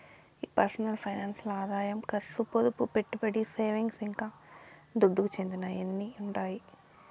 ఈ personal finance ల్ల ఆదాయం కర్సు, పొదుపు, పెట్టుబడి, సేవింగ్స్, ఇంకా దుడ్డుకు చెందినయ్యన్నీ ఉండాయి